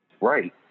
Right